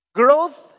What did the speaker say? growth